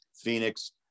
Phoenix